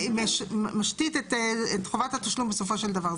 זה משתית את חובת התשלום בסופו של דבר.